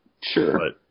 Sure